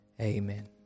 Amen